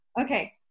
okay